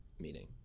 meeting